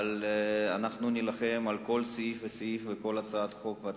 אבל אנחנו נילחם על כל סעיף וסעיף וכל הצעת חוק.